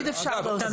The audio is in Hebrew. תמיד אפשר להוסיף.